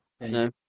No